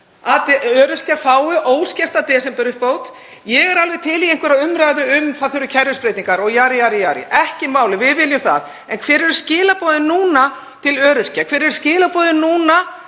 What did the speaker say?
að öryrkjar fái óskerta desemberuppbót? Ég er alveg til í einhverja umræðu um að það þurfi kerfisbreytingar, það er ekki málið. Við viljum það. En hver eru skilaboðin núna til öryrkja? Hver eru skilaboðin til